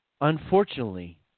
unfortunately